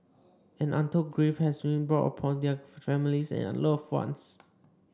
and untold grief has been brought upon their families and loved ones